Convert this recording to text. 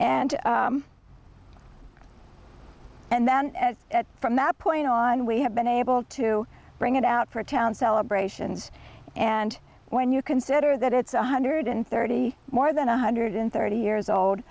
and and then from that point on we have been able to bring it out for town celebrations and when you consider that it's a hundred and thirty more than a hundred and thirty years old